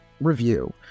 review